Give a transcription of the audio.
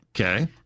Okay